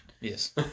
Yes